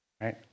right